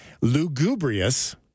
Lugubrious